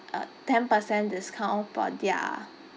uh ten percent discount for their